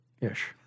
Ish